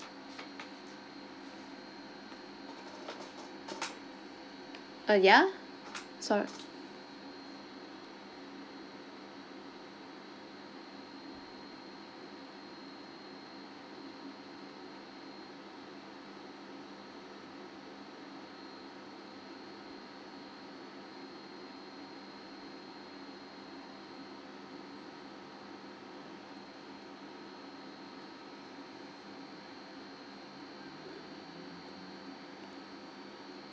uh ya sorr~